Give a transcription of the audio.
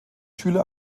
schüler